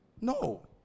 No